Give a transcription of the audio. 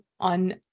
on